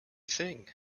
thing